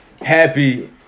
happy